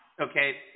okay